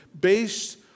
Based